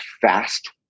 fast